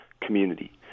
community